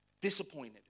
disappointed